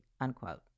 unquote